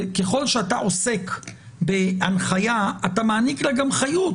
ככל שאתה עוסק בהנחיה אתה מעניק לה גם חיות: